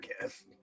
guess